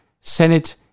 Senate